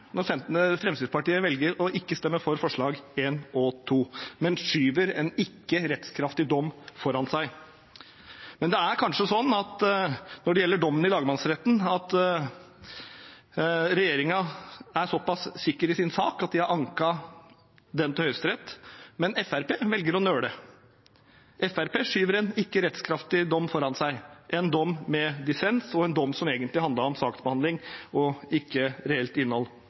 når Fremskrittspartiet velger å ikke stemme for forslagene nr. 1 og 2, men skyver en ikke-rettskraftig dom foran seg. Det er kanskje sånn når det gjelder dommen i lagmannsretten, at regjeringen er såpass sikker i sin sak at de har anket den til Høyesterett, men Fremskrittspartiet velger å nøle. Fremskrittspartiet skyver en ikke-rettskraftig dom foran seg – en dom med dissens, og en dom som egentlig handlet om saksbehandling og ikke reelt innhold.